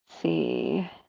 see